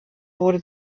wurde